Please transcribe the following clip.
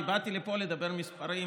באתי לפה לדבר מספרים,